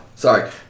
Sorry